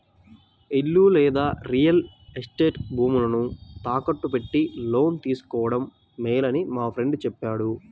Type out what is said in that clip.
ఇల్లు లేదా real estate భూములను తాకట్టు పెట్టి లోను తీసుకోడం మేలని మా ఫ్రెండు చెప్పాడు